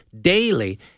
daily